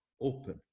open